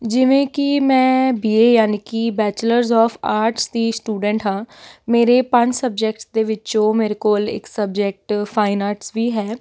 ਜਿਵੇਂ ਕਿ ਮੈਂ ਬੀ ਏ ਯਾਨੀ ਕਿ ਬੈਚਲਰਸ ਅੋਫ ਆਰਟਸ ਦੀ ਸਟੂਡੈਂਟ ਹਾਂ ਮੇਰੇ ਪੰਜ ਸਬਜੈਕਟਸ ਦੇ ਵਿੱਚੋਂ ਮੇਰੇ ਕੋਲ ਇੱਕ ਸਬਜੈਕਟ ਫਾਇਨ ਆਰਟਸ ਵੀ ਹੈ